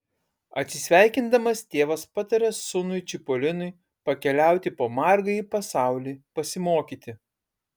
atsisveikindamas tėvas pataria sūnui čipolinui pakeliauti po margąjį pasaulį pasimokyti